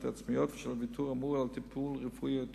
העצמיות ושל הוויתור האמור על טיפול רפואי או תרופה.